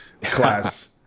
class